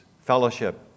fellowship